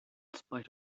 spite